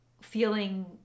feeling